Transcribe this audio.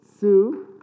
Sue